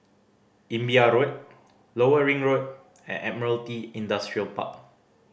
Imbiah Road Lower Ring Road and Admiralty Industrial Park